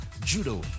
judo